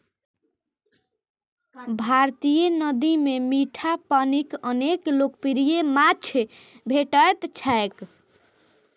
भारतीय नदी मे मीठा पानिक अनेक लोकप्रिय माछ भेटैत छैक